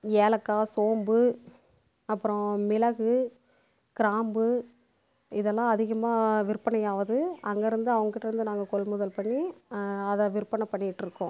ஏலக்காய் சோம்பு அப்புறம் மிளகு கிராம்பு இதெல்லாம் அதிகமாக விற்பனை ஆகுது அங்கேருந்து அவங்ககிட்டருந்து நாங்கள் கொள்முதல் பண்ணி அதை விற்பனை பண்ணிகிட்டு இருக்கோம்